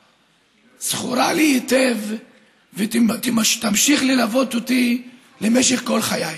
זכורה לי היטב ותמשיך ללוות אותי למשך כל חיי.